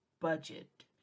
budget